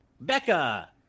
Becca